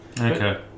Okay